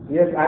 Yes